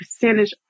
percentage